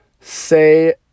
say